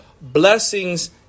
blessings